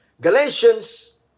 Galatians